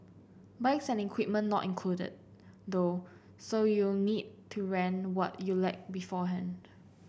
bikes and equipment not included though so you'll need to rent what you lack beforehand